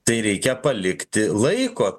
tai reikia palikti laiko